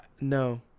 no